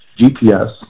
GPS